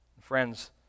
Friends